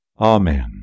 Amen